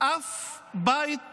אף בית בנגב.